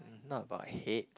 not about hate